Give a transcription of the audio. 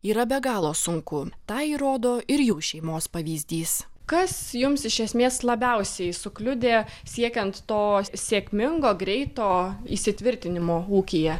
yra be galo sunku tą įrodo ir jų šeimos pavyzdys kas jums iš esmės labiausiai sukliudė siekiant to sėkmingo greito įsitvirtinimo ūkyje